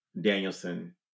Danielson